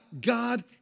God